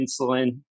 insulin